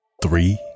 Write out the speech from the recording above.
Three